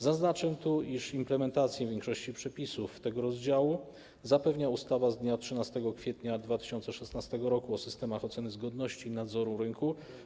Zaznaczę tu, iż implementację większości przepisów tego rozdziału zapewnia ustawa z dnia 13 kwietnia 2016 r. o systemach oceny zgodności i nadzoru rynku.